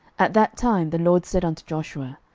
at that time the lord said unto joshua,